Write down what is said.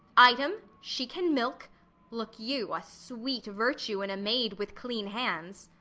item she can milk look you, a sweet virtue in a maid with clean hands.